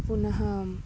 पुनः